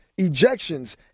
ejections